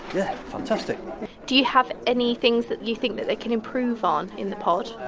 yeah fantastic do you have any things that you think that they can improve on in the pod?